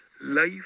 Life